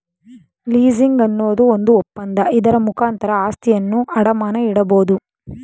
leasing ಅನ್ನೋದು ಒಂದು ಒಪ್ಪಂದ, ಇದರ ಮುಖಾಂತರ ಆಸ್ತಿಯನ್ನು ಅಡಮಾನ ಇಡಬೋದು